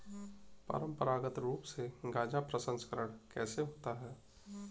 परंपरागत रूप से गाजा प्रसंस्करण कैसे होता है?